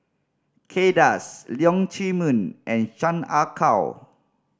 Kay Das Leong Chee Mun and Chan Ah Kow